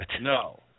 No